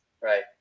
right